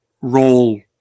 role